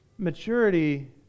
Maturity